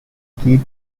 key